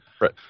Right